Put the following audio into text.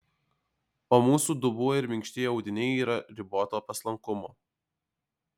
o mūsų dubuo ir minkštieji audiniai yra riboto paslankumo